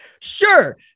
Sure